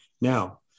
now